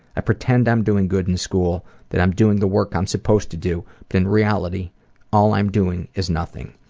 i pretend i'm doing good in school, that i'm doing the work i'm supposed to do but in reality all i'm doing is nothing.